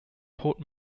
port